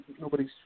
nobody's